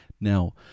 Now